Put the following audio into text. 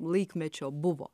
laikmečio buvo